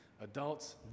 adults